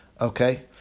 Okay